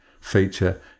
feature